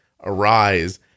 arise